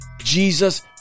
Jesus